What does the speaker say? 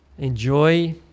enjoy